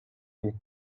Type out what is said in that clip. vous